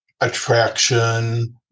attraction